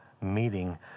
meeting